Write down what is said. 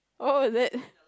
oh is it